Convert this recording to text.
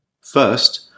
First